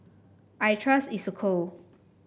I trust Isocal